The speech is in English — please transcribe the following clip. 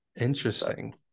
interesting